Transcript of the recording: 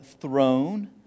throne